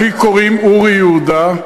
לי קוראים אורי יהודה,